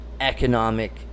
economic